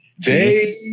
day